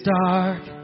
dark